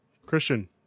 Christian